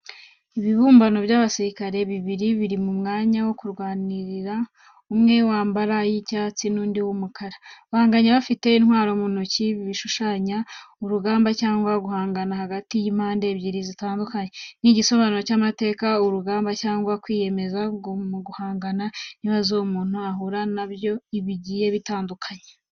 Ibibumbano by’abasirikare bibiri biri mu myanya yo kurwanira, umwe w’amabara y’icyatsi n’undi w’umukara. Bahanganye bifite intwaro mu ntoki, bishushanya urugamba cyangwa guhangana hagati y’impande ebyiri zitandukanye. Ni igisobanuro cy' amateka, urugamba cyangwa kwiyemeza mu guhangana n’ibibazo umuntu ahura nabyo bigiye bitandukanye.